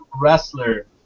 wrestler